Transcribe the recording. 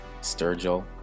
sturgill